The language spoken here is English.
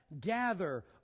gather